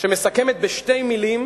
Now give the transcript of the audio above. שמסכמת בשתי מלים,